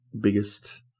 biggest